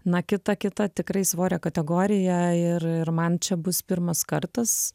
na kita kita tikrai svorio kategorija ir ir man čia bus pirmas kartas